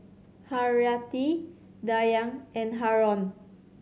Haryati Dayang and Haron